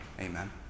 Amen